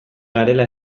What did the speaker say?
garela